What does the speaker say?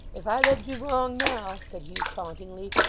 if i led you wrong now said hugh, tauntingly,